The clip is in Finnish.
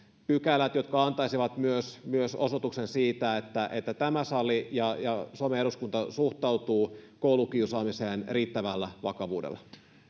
pykälät jotka antaisivat osoituksen siitä että että tämä sali suomen eduskunta suhtautuu koulukiusaamiseen riittävällä vakavuudella